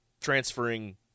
transferring